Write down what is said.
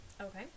Okay